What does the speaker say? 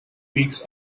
weeks